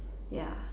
yeah